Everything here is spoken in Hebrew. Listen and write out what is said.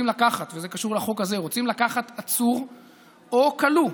וזה קשור לחוק הזה: היום כשרוצים לקחת עצור או כלוא,